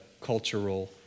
cultural